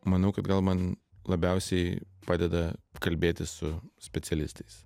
manau kad gal man labiausiai padeda kalbėtis su specialistais